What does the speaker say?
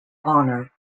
honor